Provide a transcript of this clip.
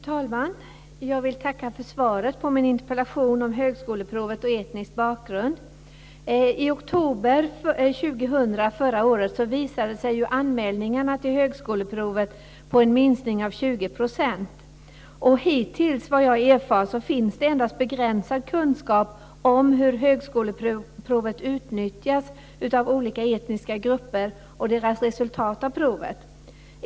Fru talman! Jag vill tacka för svaret på min interpellation om högskoleprovet och etnisk bakgrund. I oktober 2000 visade anmälningarna till högskoleprovet på en minskning med 20 %. Såvitt jag har erfarit så finns det endast begränsad kunskap om hur högskoleprovet utnyttjas av olika etniska grupper och deras resultat av provet.